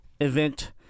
event